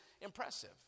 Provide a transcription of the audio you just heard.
impressive